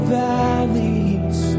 valleys